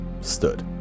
stood